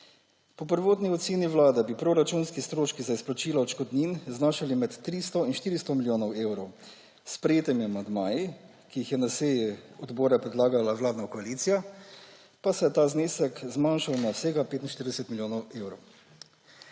Po prvotni oceni Vlade bi proračunski stroški za izplačilo odškodnin znašali med 300 in 400 milijoni evrov, s sprejetimi amandmaji, ki jih je na seji odbora predlagala vladna koalicija, pa se je ta znesek zmanjšal na vsega 45 milijonov evrov.